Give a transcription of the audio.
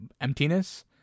emptiness